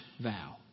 vow